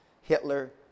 Hitler